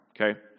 okay